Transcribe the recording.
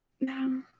No